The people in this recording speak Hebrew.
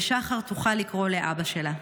ושחר תוכל לקרוא לאבא שלה.